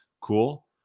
cool